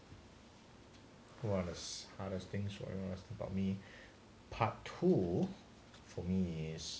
what is hardest things about me part two for me is